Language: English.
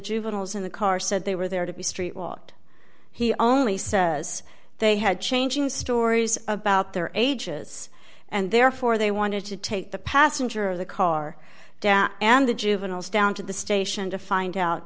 juveniles in the car said they were there to be street walked he only says they had changing stories about their ages and therefore they wanted to take the passenger the car down and the juveniles down to the station to find out